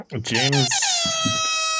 James